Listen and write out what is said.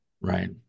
Right